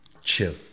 Chill